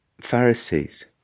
Pharisees